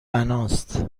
بناست